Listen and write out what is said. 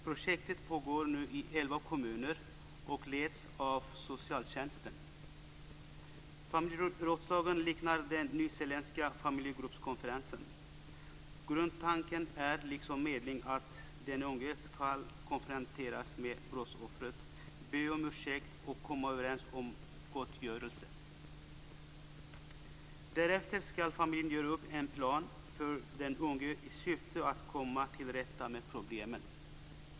Projektet pågår nu i elva kommuner och leds av socialtjänsten. Familjerådslagen liknar den nyzeeländska familjegruppskonferensen. Grundtanken är liksom vid medling att den unge skall konfronteras med brottsoffret, be om ursäkt och komma överens om gottgörelse. Därefter skall familjen göra upp en plan för den unge i syfte att komma till rätta med problemen.